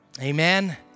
Amen